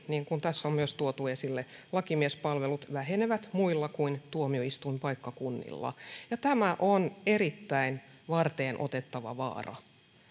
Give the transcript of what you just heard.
niin kuin tässä on myös tuotu esille että muutkin lakimiespalvelut vähenevät muilla kuin tuomioistuinpaikkakunnilla tämä on erittäin varteenotettava vaara